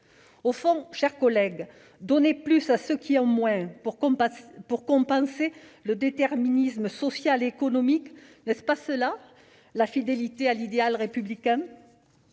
Au fond, mes chers collègues, donner plus à ceux qui ont moins pour compenser le déterminisme social et économique, n'est-ce pas, précisément, être fidèle à l'idéal républicain ?